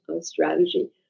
strategy